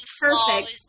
perfect